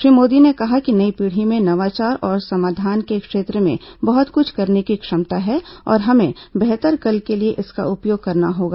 श्री मोदी ने कहा कि नई पीढ़ी में नवाचार और समाधान के क्षेत्र में बहुत कुछ करने की क्षमता है और हमें बेहतर कल के लिए इसका उपयोग करना होगा